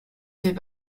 fait